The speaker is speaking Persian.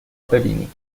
ببینی